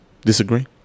disagree